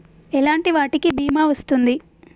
ఎలాంటి వాటికి బీమా వస్తుంది?